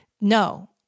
No